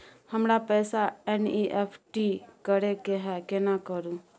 हमरा पैसा एन.ई.एफ.टी करे के है केना करू?